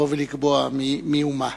לקבוע מי ומה.